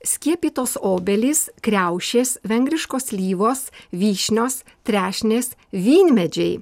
skiepytos obelys kriaušės vengriškos slyvos vyšnios trešnės vynmedžiai